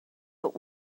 but